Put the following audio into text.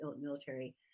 military